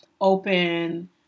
open